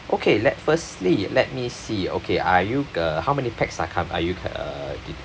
okay let firstly let me see okay are you uh how many pax uh come are you uh